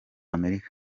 amerika